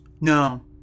No